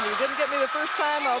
didn't get me the first time,